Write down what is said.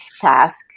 task